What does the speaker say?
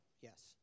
yes